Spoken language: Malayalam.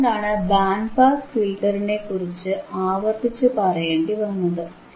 അതുകൊണ്ടാണ് ബാൻഡ് പാസ് ഫിൽറ്ററിനെക്കുറിച്ച് ആവർത്തിച്ചു പറയേണ്ടിവന്നത്